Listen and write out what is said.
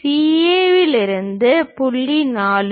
DA விலிருந்து புள்ளி 4